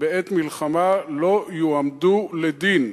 בעת מלחמה לא יועמדו לדין.